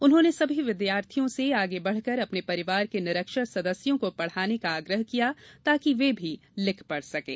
उन्होंने सभी विद्यार्थियों से आगे बढ़कर अपने परिवार के निरक्षर सदस्यों को पढ़ाने का आग्रह किया ताकि वे भी लिख पढ़ सकें